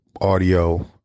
audio